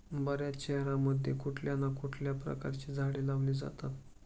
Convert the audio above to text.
बर्याच शहरांमध्ये कुठल्या ना कुठल्या प्रकारची झाडे लावली जातात